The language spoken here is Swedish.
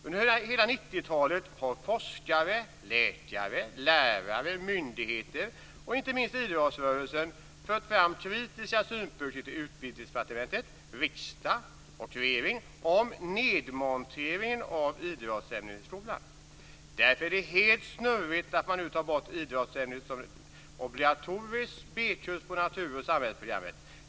"Under hela 90 talet har forskare, läkare, lärare, myndigheter och inte minst idrottsrörelsen fört fram kritiska synpunkter till Utbildningsdepartementet, riksdag och regering om nedmonteringen av idrottsämnet i skolan. Därför är det helt snurrigt att man nu tar bort idrottsämnet som obligatorisk B-kurs på natur och samhällsvetenskapsprogrammen."